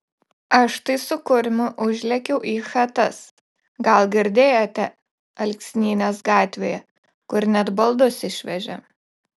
aš tai su kurmiu užlėkiau į chatas gal girdėjote alksnynės gatvėje kur net baldus išvežė